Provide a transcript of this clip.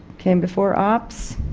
came before ops.